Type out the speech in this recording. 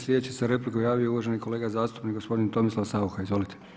Sljedeći se za repliku javio uvaženi kolega zastupnik gospodin Tomislav Saucha, izvolite.